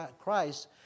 Christ